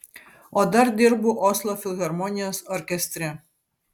o dar dirbu oslo filharmonijos orkestre